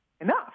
enough